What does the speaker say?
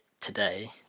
today